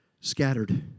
scattered